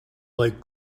like